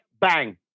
Bang